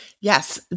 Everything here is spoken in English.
Yes